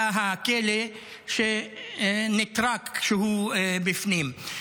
תא הכלא שנטרקת כשהוא בפנים.